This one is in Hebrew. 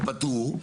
פתרו.